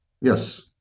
Yes